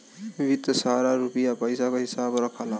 वित्त सारा रुपिया पइसा क हिसाब रखला